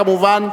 כמובן,